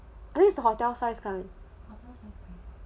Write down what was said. hotel size kind